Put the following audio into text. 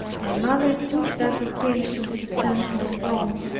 my mother took that occasion to send her home,